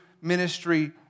ministry